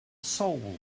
soul